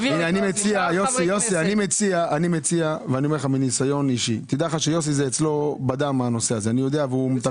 אני אומר לך מניסיון אישי שתדע לך שאצל יוסי הנושא הזה בדם.